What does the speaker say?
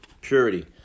Purity